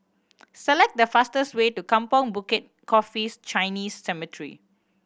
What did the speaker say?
select the fastest way to Kampong Bukit Coffee Chinese Cemetery